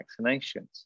vaccinations